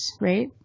right